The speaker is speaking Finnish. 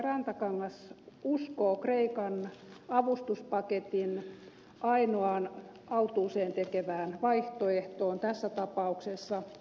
rantakangas uskoo kreikan avustuspaketin ainoaan autuaaksi tekevään vaihtoehtoon tässä tapauksessa